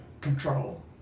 control